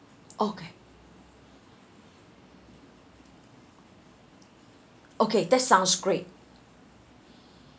okay okay that sounds great